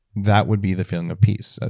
that would be the feeling of peace. ah